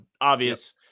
obvious